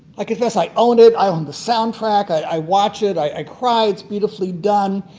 i confess i owned it. i own the soundtrack. i i watch it. i cry. it's beautifully done,